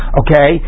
okay